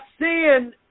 sin